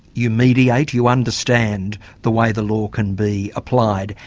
you mediate, you understand the way the law can be applied.